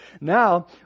Now